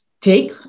take